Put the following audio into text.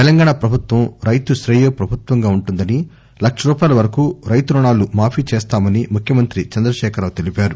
తెలంగాణా ప్రభుత్వం రైతుక్రేయో ప్రభుత్వంగా ఉంటుందని లక్ష రూపాయల వరకు రైతురుణాలు మాఫీ చేస్తామని ముఖ్యమంత్రి చంద్రకేఖర్ రావు తెలిపారు